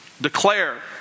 Declare